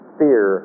fear